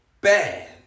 Bad